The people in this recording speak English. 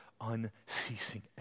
unceasing